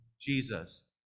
Jesus